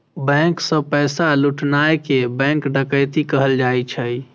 bank सं पैसा लुटनाय कें बैंक डकैती कहल जाइ छै